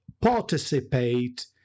participate